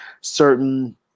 certain